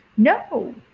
No